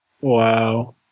Wow